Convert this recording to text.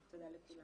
תודה לכולם.